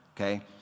okay